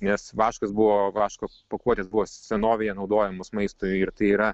nes vaškas buvo vaško pakuotės buvo senovėje naudojamos maistui ir tai yra